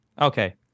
Okay